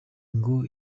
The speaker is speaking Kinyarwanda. ngo